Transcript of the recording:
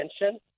attention